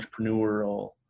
entrepreneurial